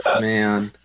Man